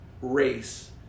race